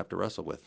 have to wrestle with